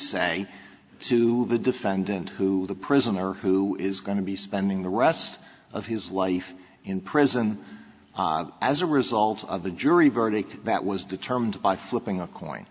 say to the defendant who the prisoner who is going to be spending the rest of his life in prison as a result of the jury verdict that was determined by flipping a coin